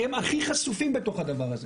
כי הם הכי חשופים בתוך הדבר הזה.